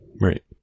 right